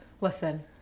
listen